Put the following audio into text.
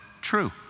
true